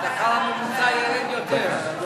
השכר הממוצע ירד יותר.